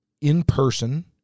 in-person